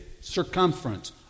circumference